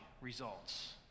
results